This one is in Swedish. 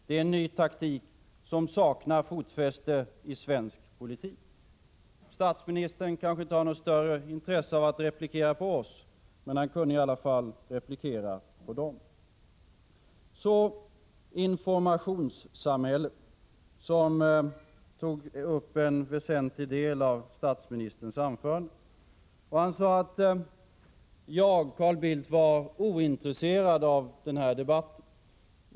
Det är en ny taktik som saknar fotfäste i svensk politik.” Statsministern har kanske inget större intresse av att replikera på vad vi säger, men han kan väl replikera på vad dessa personer har sagt. Så till frågan om informationssamhället, som upptog en väsentlig del av statsministerns anförande. Han sade att jag, Carl Bildt, var ointresserad av den här debatten.